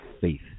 faith